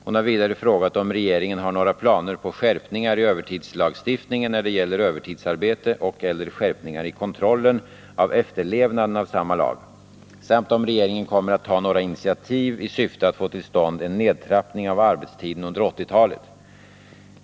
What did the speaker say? Hon har vidare frågat om regeringen har några planer på skärpningar i arbetstidslagstiftningen när det gäller övertidsarbete och/eller skärpningar i kontrollen av efterlevnaden av samma lag, samt om regeringen kommer att ta några initiativ i syfte att få till stånd en nedtrappning av arbetstiden under 1980-talet.